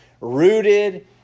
rooted